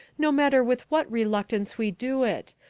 no matter with what reluctance we do it,